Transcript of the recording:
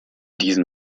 diesem